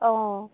অঁ